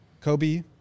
Kobe